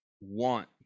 want